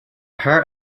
hart